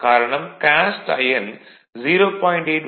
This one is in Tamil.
காரணம் காஸ்ட் ஐயன் 0